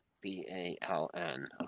B-A-L-N